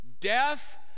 Death